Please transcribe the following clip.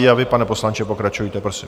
A vy, pane poslanče, pokračujte, prosím.